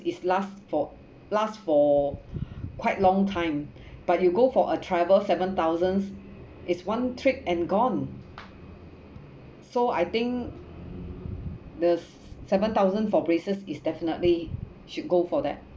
is last for last for quite long time but you go for a travel seven thousands is one trip and gone so I think the seven thousand for braces is definitely should go for that